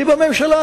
אני בממשלה,